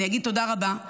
אני אגיד תודה רבה,